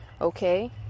okay